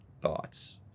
thoughts